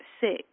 six